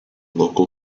local